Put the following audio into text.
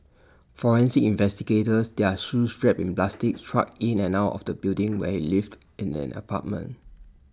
forensic investigators their shoes wrapped in plastic trudged in and out of the building where lived in an apartment